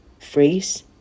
phrase